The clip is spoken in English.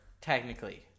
technically